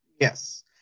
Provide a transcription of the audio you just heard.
Yes